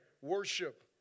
worship